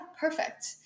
Perfect